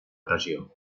regió